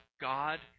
God